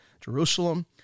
Jerusalem